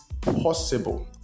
possible